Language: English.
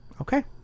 Okay